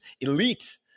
elite